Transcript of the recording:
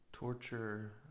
Torture